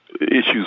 issues